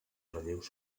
relleus